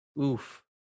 Oof